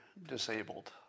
Disabled